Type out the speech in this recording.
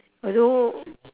!aiyo!